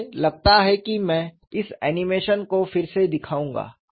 मुझे लगता है कि मैं इस एनीमेशन को फिर से दिखाऊंगा